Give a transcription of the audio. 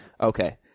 Okay